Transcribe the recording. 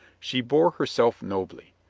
she bore herself nobly.